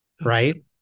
right